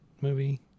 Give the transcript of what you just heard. movie